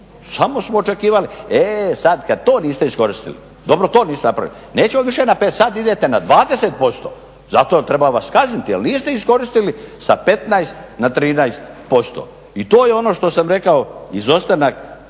Samo smo očekivali, e sad kad to niste iskoristili, dobro to niste napravili, nećemo više …, sad idete na 20% zato jer treba vas kazniti jer niste iskoristili sa 15 na 13% i to je ono što sam rekao, izostanak